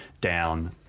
down